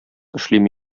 эшлим